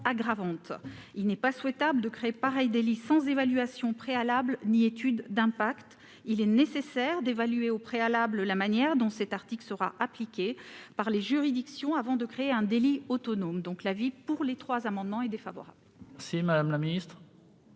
Il n'est pas souhaitable de créer pareil délit sans évaluation préalable ni étude d'impact. Il est nécessaire d'évaluer au préalable la manière dont cet article sera appliqué par les juridictions avant de créer un délit autonome. Quel est l'avis du Gouvernement ? Vous avez fait